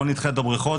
בואו נדחה את הבריכות,